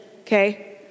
Okay